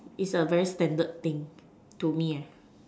is a very standard thing to me